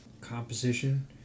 composition